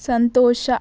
ಸಂತೋಷ